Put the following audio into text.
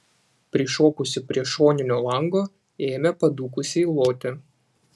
prišokusi prie šoninio lango ėmė padūkusiai loti